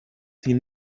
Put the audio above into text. sie